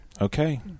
Okay